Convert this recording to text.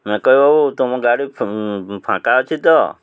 ନାୟକ ବାବୁ ତମ ଗାଡ଼ି ଫାଙ୍କା ଅଛି ତ